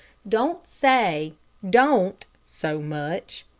don't say don't so much.